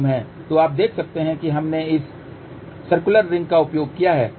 तो आप देख सकते हैं कि हमने इस सर्कुलर रिंग का उपयोग किया है